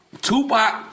Tupac